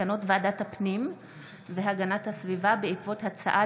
מסקנות ועדת הפנים והגנת הסביבה בעקבות הצעה